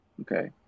okay